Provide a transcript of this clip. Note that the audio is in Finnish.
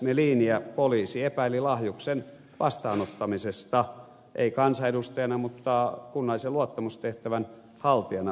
meliniä poliisi epäili lahjuksen vastaanottamisesta ei kansanedustajana mutta kunnallisen luottamustehtävän haltijana